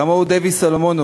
כמוהו דוד סלומונוב,